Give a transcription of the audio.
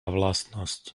vlastnosť